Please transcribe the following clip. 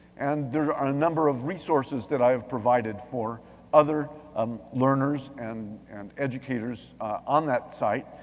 and there are a number of resources that i've provided for other um learners and and educators on that site.